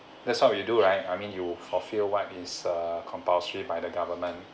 that's what you do right I mean you fulfil what is a compulsory by the government